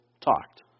talked